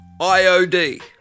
IOD